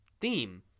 theme